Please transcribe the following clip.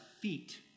feet